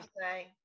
say